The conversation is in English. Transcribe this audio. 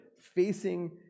facing